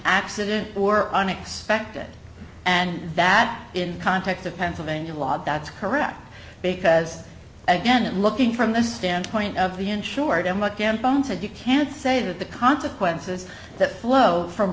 accident or unexpected and that in context of pennsylvania law that's correct because again looking from the standpoint of the insured emma cambone said you can't say that the consequences that flow from